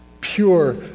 pure